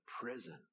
prison